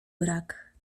brak